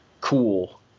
cool